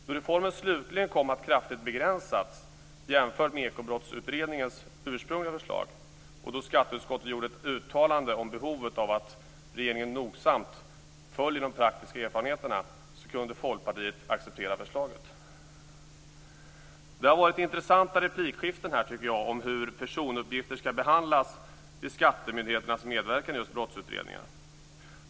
Då reformen slutligen kom att kraftigt begränsas jämfört med Ekobrottsutredningens ursprungliga förslag, och då skatteutskottet gjorde ett uttalande om behovet av att regeringen nogsamt följer de praktiska erfarenheterna, kunde Folkpartiet acceptera förslaget. Det har varit intressanta replikskiften här, tycker jag, om hur personuppgifter skall behandlas vid skattemyndigheternas medverkan i just brottsutredningar.